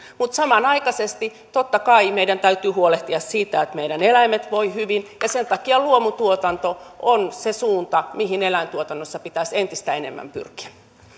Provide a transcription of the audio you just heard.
mutta samanaikaisesti totta kai meidän täytyy huolehtia siitä että meillä eläimet voivat hyvin ja sen takia luomutuotanto on se suunta mihin eläintuotannossa pitäisi entistä enemmän pyrkiä